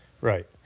Right